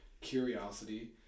curiosity